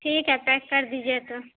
ٹھیک ہے پیک کر دیجیے تو